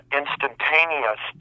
instantaneous